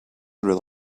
rely